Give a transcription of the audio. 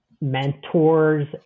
mentors